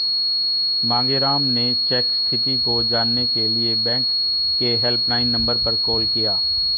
मांगेराम ने चेक स्थिति को जानने के लिए बैंक के हेल्पलाइन नंबर पर कॉल किया